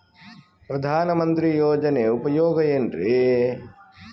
ಪ್ರಧಾನಮಂತ್ರಿ ಯೋಜನೆ ಉಪಯೋಗ ಏನ್ರೀ?